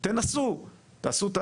תנסו, תעשו.